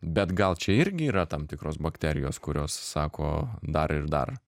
bet gal čia irgi yra tam tikros bakterijos kurios sako dar ir dar